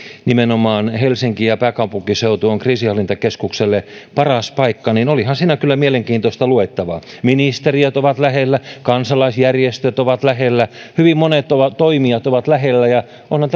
nimenomaan helsinki ja pääkaupunkiseutu ovat kriisinhallintakeskukselle paras paikka olihan siinä kyllä mielenkiintoista luettavaa ministeriöt ovat lähellä kansalaisjärjestöt ovat lähellä hyvin monet toimijat ovat lähellä ja onhan